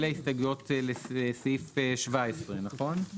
אלה ההסתייגויות לסעיף 17 נכון?